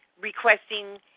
requesting